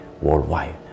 worldwide